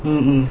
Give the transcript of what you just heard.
mm